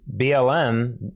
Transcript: BLM